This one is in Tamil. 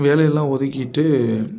வேலை எல்லாம் ஒதுக்கிட்டு